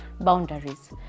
Boundaries